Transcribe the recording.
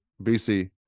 BC